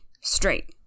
straight